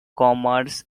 commerce